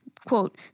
Quote